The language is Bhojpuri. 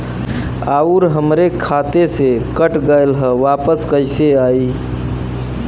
आऊर हमरे खाते से कट गैल ह वापस कैसे आई?